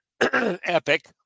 epic